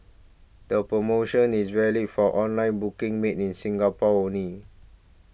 the promotion is valid for online booking made in Singapore only